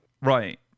Right